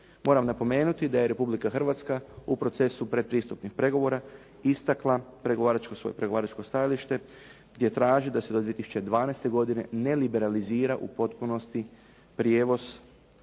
Moram napomenuti da je Republika Hrvatska u procesu pretpristupnih pregovora istakla pregovaračko svoje, pregovaračko stajalište gdje traži da se do 2012. godine ne liberalizira u potpunosti prijevoz